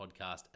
podcast